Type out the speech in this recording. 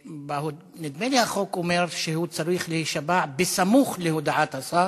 נדמה לי שהחוק אומר שהוא צריך להישבע סמוך להודעת השר,